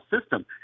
system